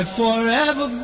forever